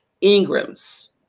Ingrams